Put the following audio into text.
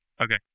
Okay